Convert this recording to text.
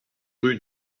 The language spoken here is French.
rue